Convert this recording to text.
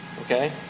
Okay